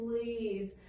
please